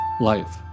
life